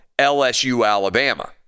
LSU-Alabama